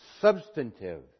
Substantive